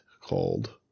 called